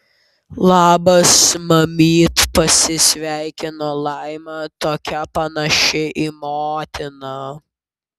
labas mamyt pasisveikino laima tokia panaši į motiną